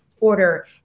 order